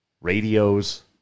radios